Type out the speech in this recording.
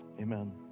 amen